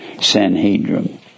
Sanhedrin